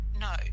No